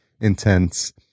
intense